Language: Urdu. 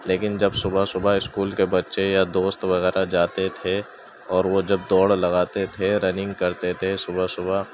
لیکن جب صبح صبح اسکول کے بچے یا دوست وغیرہ جاتے تھے اور وہ جب دوڑ لگاتے تھے رننگ کرتے تھے صبح صبح